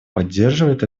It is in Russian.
поддерживает